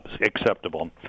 acceptable